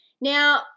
Now